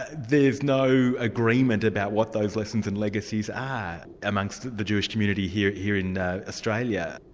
ah there's no agreement about what those lessons and legacies are amongst the jewish community here here in ah australia.